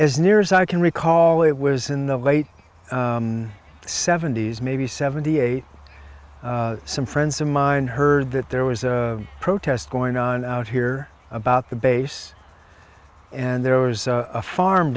as near as i can recall it was in the late seventy's maybe seventy eight some friends of mine heard that there was a protest going on out here about the base and there was a farm